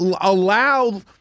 allow